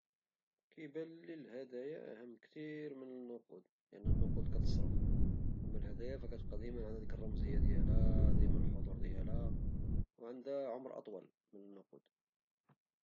كيبالي الهدايا أهم بكثير من النقود حيت النقود كتصرف أما الهدايا فكتبقى ديك الرمزية ديالها دايما ديك الحضور ديالها وعندها عمر أطول من النقود.